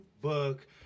book